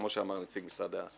כמו שאמר נציג הפנים.